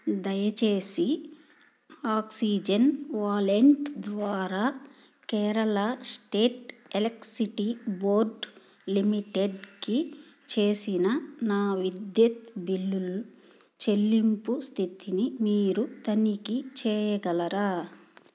దయచేసి oxygen wallet ద్వారా Kerala state electricity board లిమిటెడ్కి చేసిన నా విద్యుత్ బిల్లును చెల్లింపు స్థితిని మీరు తనిఖీ చేయగలరా